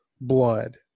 blood